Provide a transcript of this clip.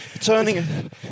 turning